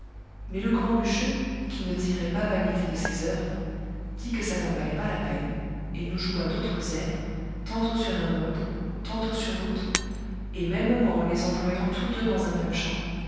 mais le grand bûcheux qui ne tirait pas vanité de ses oeuvres dit que ça n'en valait pas la peine et nous joua d'autres airs tantôt sur un mode tantôt sur l'autre et mêmement en les employant tous deux dans un même chant